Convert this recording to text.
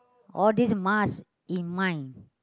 all these must in mind